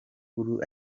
cool